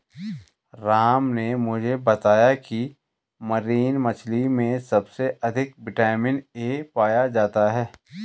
राम ने मुझे बताया की मरीन मछली में सबसे अधिक विटामिन ए पाया जाता है